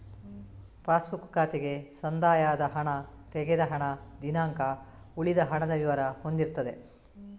pass book ಖಾತೆಗೆ ಸಂದಾಯ ಆದ ಹಣ, ತೆಗೆದ ಹಣ, ದಿನಾಂಕ, ಉಳಿದ ಹಣದ ವಿವರ ಹೊಂದಿರ್ತದೆ